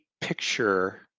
picture